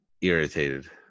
irritated